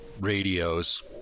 radios